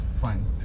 fine